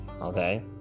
Okay